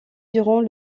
durant